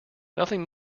nothing